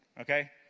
Okay